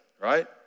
right